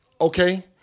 okay